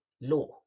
law